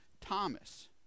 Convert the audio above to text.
Thomas